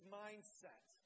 mindset